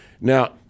Now